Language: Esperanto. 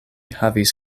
havis